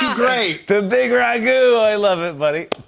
great. the big ragoo. i love it, buddy.